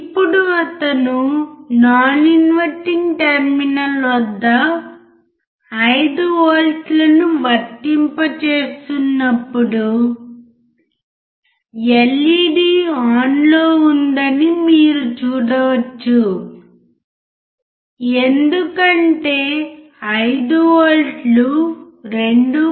ఇప్పుడు అతను non inverting terminal వద్ద 5 వోల్ట్లను వర్తింపజేస్తున్నప్పుడు ఎల్ఇడి ఆన్లో ఉందని మీరు చూడవచ్చు ఎందుకంటే 5 వోల్ట్లు 2